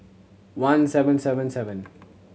one seven seven seven